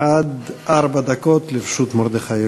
עד ארבע דקות לרשות מרדכי יוגב.